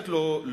לא, לא.